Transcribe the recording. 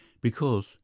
Because